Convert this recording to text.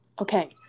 Okay